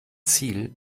ziel